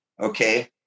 okay